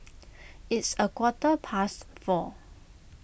its a quarter past four